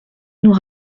nous